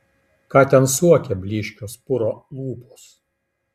ką ten suokia blyškios puro lūpos